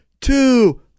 two